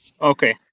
okay